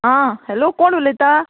आं हॅलो कोण उलयता